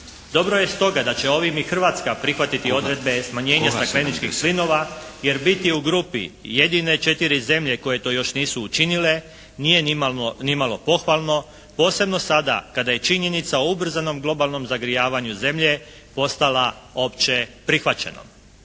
Dobro je stoga da će ovim i Hrvatska prihvatiti odredbe smanjenja stakleničkih plinova jer biti u grupi jedine 4 zemlje koje to još nisu učinile nije nimalo pohvalno posebno sada kada je činjenica o ubrzanom globalnom zagrijavanju Zemlje postala opće prihvaćenom.